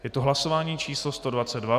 Je to hlasování číslo 122.